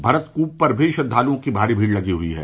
भरत कूप पर भी श्रद्वालओं की भारी भीड़ लगी हई है